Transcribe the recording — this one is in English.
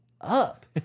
up